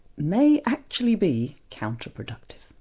may actually be counterproductive.